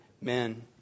men